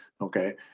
okay